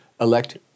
elect